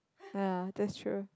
ah that's true